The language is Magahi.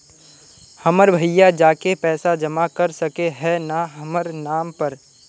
हमर भैया जाके पैसा जमा कर सके है न हमर नाम पर?